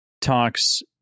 talks